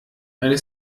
eine